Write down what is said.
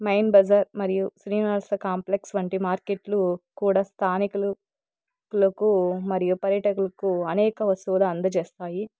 main Bazar మరియు Srinivasa complex వంటి మార్కెట్లు కూడా స్థానికులకు మరియు పర్యాటకులకు అనేక వస్తువులు అందజేస్తాయి